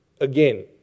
Again